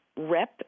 rep